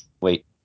wait